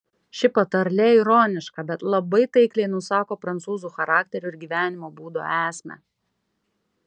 ši patarlė ironiška bet labai taikliai nusako prancūzų charakterio ir gyvenimo būdo esmę